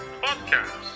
podcast